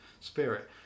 spirit